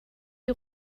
die